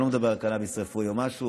אני לא מדבר על קנביס רפואי או משהו,